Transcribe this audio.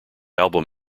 album